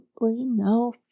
no